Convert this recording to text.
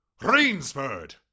Rainsford